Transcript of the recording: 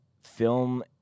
film